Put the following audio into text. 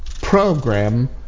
program